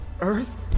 earth